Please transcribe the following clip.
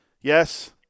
Yes